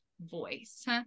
voice